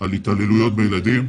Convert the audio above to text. על התעללויות בילדים.